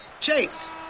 Chase